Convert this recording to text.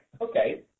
okay